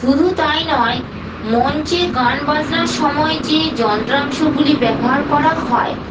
শুধু তাই নয় মঞ্চে গান বাজনার সময় যে যন্ত্রাংশগুলি ব্যবহার করা হয়